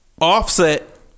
Offset